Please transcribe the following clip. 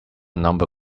number